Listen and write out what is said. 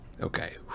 Okay